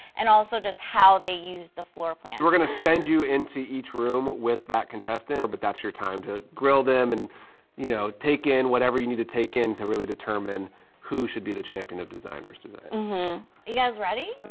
and also just how they use the floor plan we're gonna send you into each room with that contestant or but that's your time to grill them and you know take in whatever you need to take in to really determine who should be the champion of design vs. design. mm-hmm are you guys ready?